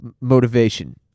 Motivation